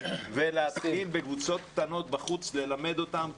להתחיל ללמד אותם בקבוצות קטנות בחוץ כי